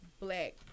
black